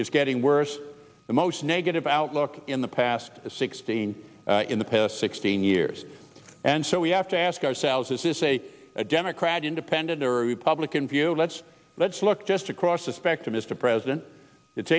is getting worse the most negative outlook in the past sixteen in the past sixteen years and so we have to ask ourselves is this a a democrat independent or a republican view let's let's look just across the spectrum is the president it's